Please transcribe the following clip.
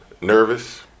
Nervous